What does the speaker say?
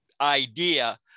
idea